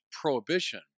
prohibition